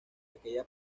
aquella